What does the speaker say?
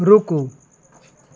रूकु